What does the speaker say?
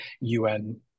UN